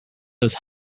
this